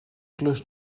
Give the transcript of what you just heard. klus